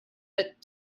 but